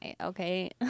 Okay